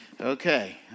Okay